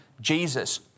Jesus